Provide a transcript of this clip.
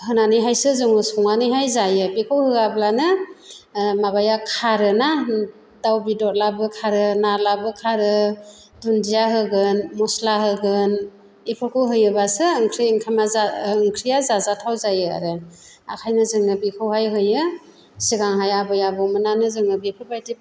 होनानैहायसो जोङो संनानैहाय जायो बेखौ होआब्लाना माबाया खारो ना दाउ बेदरब्लाबो खारो नाब्लाबो खारो दुन्दिया होगोन मस्ला होगोन बेफोरखौ होयोबासो ओंख्रि ओंखामा ओंख्रिया जाजाथाव जायो आरो ओंखायनो जोङो बेखौहाय होयो सिगांहाय आबै आबौमोनानो जोंनो बेफोरबायदि